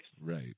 Right